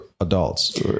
Adults